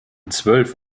zwölf